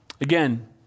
Again